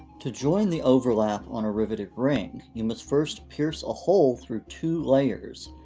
to join the overlap on a riveted ring, you must first pierce a hole through two layers.